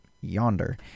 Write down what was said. yonder